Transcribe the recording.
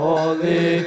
Holy